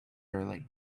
early